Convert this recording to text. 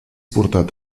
portat